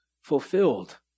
fulfilled